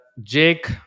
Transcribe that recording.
Jake